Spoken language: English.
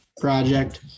project